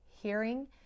hearing